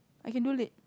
I can do late